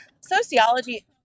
sociology